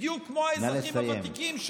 בדיוק כמו האזרחים הוותיקים, נא לסיים.